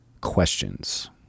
questions